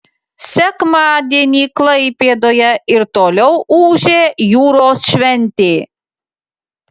sekmadienį klaipėdoje ir toliau ūžė jūros šventė